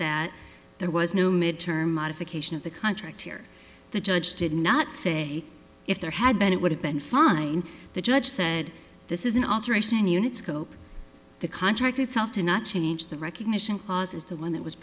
that there was no mid term modification of the contract here the judge did not say if there had been it would have been fine the judge said this is an alteration unit scope the contract itself to not change the recognition clause is the one that was